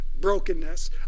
brokenness